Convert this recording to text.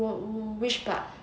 oh oh which part